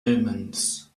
omens